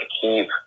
keep